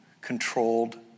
controlled